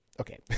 Okay